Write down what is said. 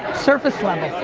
surface level,